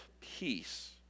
peace